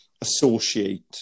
associate